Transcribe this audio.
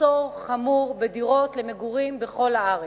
מחסור חמור בדירות למגורים בכל הארץ,